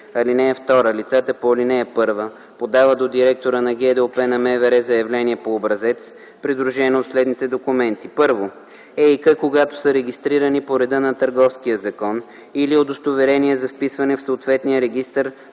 лице. (2) Лицата по ал. 1 подават до директора на ГДОП на МВР заявление по образец, придружено от следните документи: 1. ЕИК, когато са регистрирани по реда на Търговския закон, или удостоверение за вписване в съответния регистър